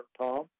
Tom